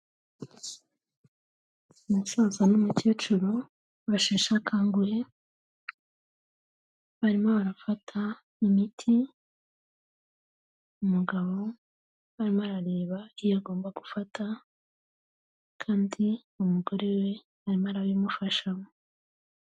Umusaza n'umukecuru basheshe akanguhe barimo barafata imiti, umugabo arimo arareba iyo agomba gufata kandi umugore we arimo arabimufashamo.